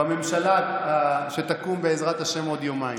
בממשלה שתקום, בעזרת השם, בעוד יומיים.